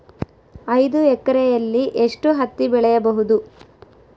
ಐದು ಎಕರೆಯಲ್ಲಿ ಎಷ್ಟು ಹತ್ತಿ ಬೆಳೆಯಬಹುದು?